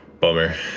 bummer